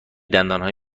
دندانهای